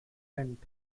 event